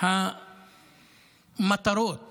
וחלום של כל עם אשר נשללה ממנו